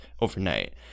overnight